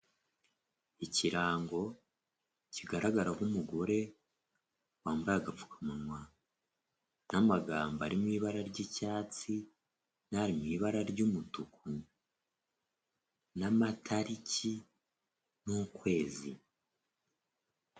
Ikirango kigaragaraho umugore wambaye agapfukamunwa, n'amagambo ari mu ibara ry'icyatsi n'ari mu ibara ry'umutuku n'amatariki n'ukwezi.